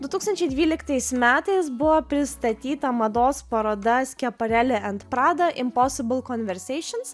du tūkstančiai dvyliktais metais buvo pristatyta mados paroda skiapareli ant prada imposibl konverseišns